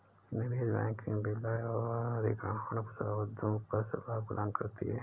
निवेश बैंकिंग विलय और अधिग्रहण सौदों पर सलाह प्रदान करती है